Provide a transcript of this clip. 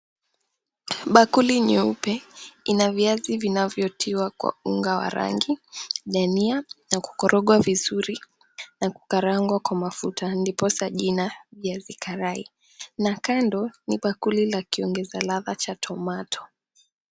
Bakuli nyeupe, ina viazi vinavyotiwa kwa unga wa rangi, dania, na kukorogwa vizuri, na kukarangwa kwa mafuta, ndiposa jina viazi karai. Na kando ni bakuli la kiongeza ladha cha tomato .